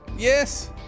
Yes